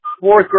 Fourth